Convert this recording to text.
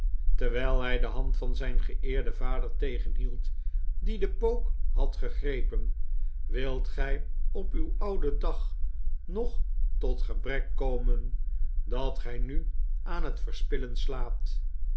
terwijl hij de hand van zijn geeerden vader tegenhield die den pook had gegrepen wiit gij op uw ouden dag nog tot gebrek komen dat gij nu aan het verspillen slaat